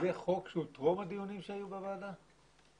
הדיונים שהיו בוועדה?